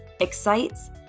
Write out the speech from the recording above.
excites